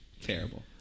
Terrible